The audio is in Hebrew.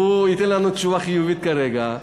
והוא ייתן לנו תשובה חיובית כרגע,